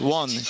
one